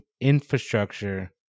infrastructure